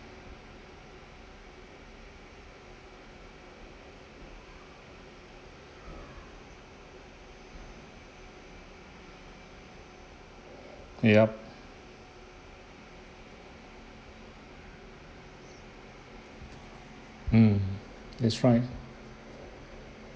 yup mm that's right